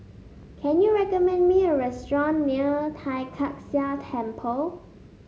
can you recommend me a restaurant near Tai Kak Seah Temple